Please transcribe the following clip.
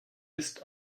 ist